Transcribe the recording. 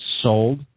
sold